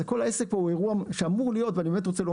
כל העסק פה זה אירוע שאמור להיות קצר.